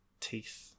teeth